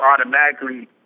automatically